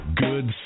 Good